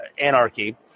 anarchy